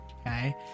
Okay